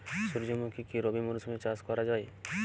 সুর্যমুখী কি রবি মরশুমে চাষ করা যায়?